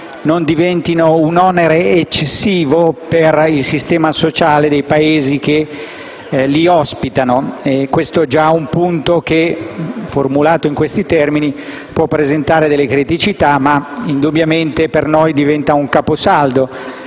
non diventino un onere eccessivo per il sistema sociale dei Paesi che li ospitano. Questo è un punto che, formulato in questi termini, può presentare delle criticità, ma indubbiamente per noi diventa un caposaldo